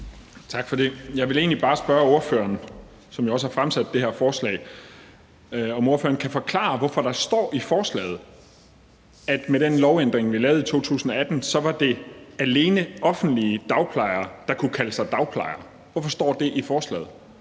Tak for det. Jeg vil egentlig bare spørge ordføreren, som jo også har fremsat det her beslutningsforslag, om ordføreren kan forklare, hvorfor der i forslaget står, at det med den lovændring, vi lavede i 2018, alene var offentlige dagplejere, der kunne kalde sig dagplejere. Hvorfor står det i forslaget,